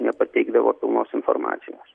nepateikdavo pilnos informacijos